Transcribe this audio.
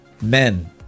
Men